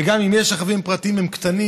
וגם אם יש רכבים פרטיים הם קטנים,